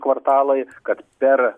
kvartalai kad per